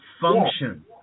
function